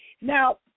Now